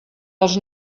dels